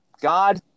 God